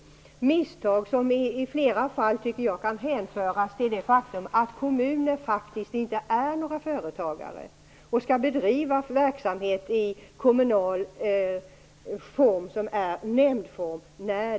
Det handlar då om misstag som i flera fall, enligt min uppfattning, kan hänföras till det faktum att kommuner faktiskt inte är företagare. Kommunerna skall bedriva sin verksamhet i kommunal form, i nämndform.